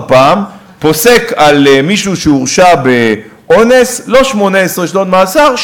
פעם פוסק למישהו שהורשע באונס לא 18 שנות מאסר,